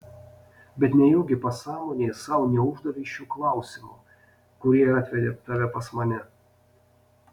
bet nejaugi pasąmonėje sau neuždavei šių klausimų kurie ir atvedė tave pas mane